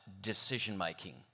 decision-making